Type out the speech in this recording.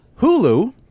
Hulu